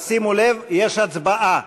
שימו לב, יש הצבעה.